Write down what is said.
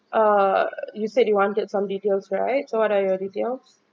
ah you said you wanted some details right so what are your details